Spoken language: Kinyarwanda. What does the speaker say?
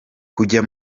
kujya